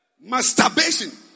Masturbation